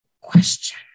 question